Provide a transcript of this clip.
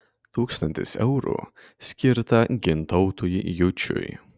tūkstantis eurų skirta gintautui jučiui